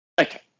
Okay